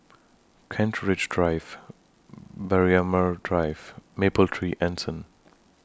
Kent Ridge Drive Braemar Drive Mapletree Anson